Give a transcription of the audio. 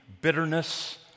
bitterness